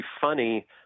funny